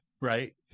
right